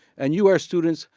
and you, our students,